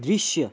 दृश्य